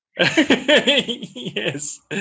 yes